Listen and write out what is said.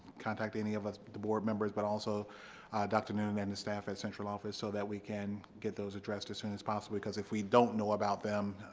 contact any of us, the board members, but also dr. noonan and staff at central office so that we can get those addressed as soon as possible, because if we don't know about them,